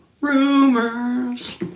rumors